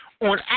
On